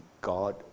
God